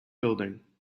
building